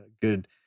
good